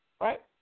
Right